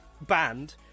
banned